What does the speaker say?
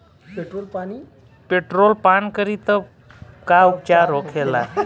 Petrol पान करी तब का उपचार होखेला?